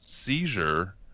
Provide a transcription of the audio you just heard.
seizure